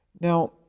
Now